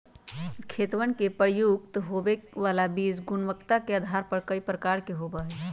खेतवन में प्रयुक्त होवे वाला बीज गुणवत्ता के आधार पर कई प्रकार के होवा हई